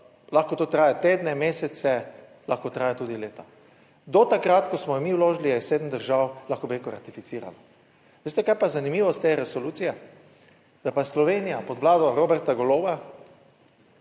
lahko to traja tedne, mesece, lahko traja tudi leta. Do takrat, ko smo mi vložili sedem držav, lahko bi rekel, ratificiralo. Veste, kaj pa je zanimivost te resolucije? Da pa je Slovenija pod vlado Roberta Goloba,